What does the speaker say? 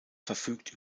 verfügt